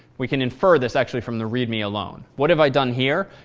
we can infer this actually from the read me alone. what have i done here?